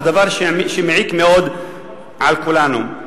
דבר שמעיק מאוד על כולנו.